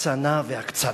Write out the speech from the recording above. הקצנה והקצנה.